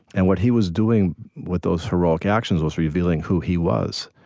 and what he was doing with those heroic actions was revealing who he was.